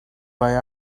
why